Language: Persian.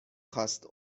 خواست